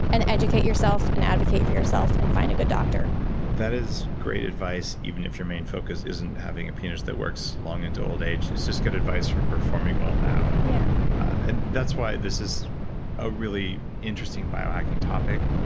and educate yourself, and advocate for yourself, and find a good doctor that is great advice, even if your main focus isn't having a penis that works long into old age, it's just good advice for performing well now. and yeah and that's why this is a really interesting biohacking topic,